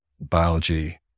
biology